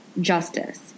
justice